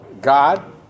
God